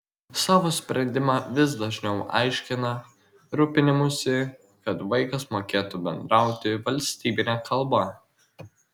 savo sprendimą vis dažniau aiškina rūpinimųsi kad vaikas mokėtų bendrauti valstybine kalba